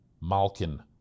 Malkin